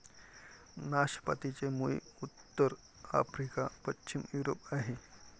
नाशपातीचे मूळ उत्तर आफ्रिका, पश्चिम युरोप आहे